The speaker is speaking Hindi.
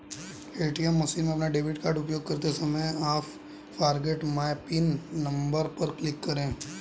ए.टी.एम मशीन में अपना डेबिट कार्ड उपयोग करते समय I forget my PIN number पर क्लिक करें